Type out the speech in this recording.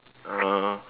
uh